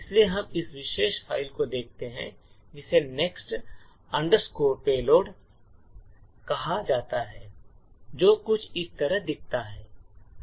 इसलिए हम इस विशेष फाइल को देखेंगे जिसे next underscore पेलोड payload कहा जाता है जो कुछ इस तरह दिखता है